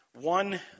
One